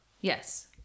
Yes